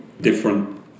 different